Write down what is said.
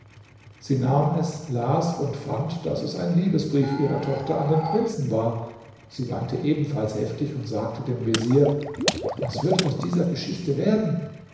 sie nahm es las und fand daß es ein liebesbrief ihrer tochter an den prinzen war sie weinte ebenfalls heftig und sagte dem vezier was wird aus dieser geschichte werden